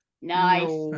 nice